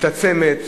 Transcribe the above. מתעצמת,